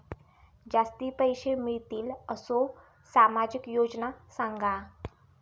जास्ती पैशे मिळतील असो सामाजिक योजना सांगा?